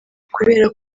kubera